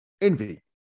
envy